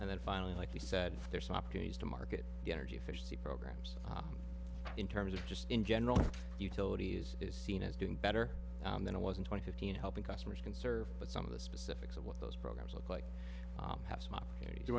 and then finally like we said if there's opportunities to market the energy efficiency programs in terms of just in general utilities is seen as doing better than it was in twenty fifteen helping customers conserve but some of the specifics of what those programs look like